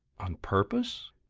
on purpose?